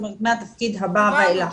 מהתפקיד הבא ואילך.